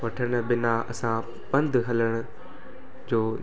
वठणु ॿिना असां पंधि हलण जो